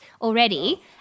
already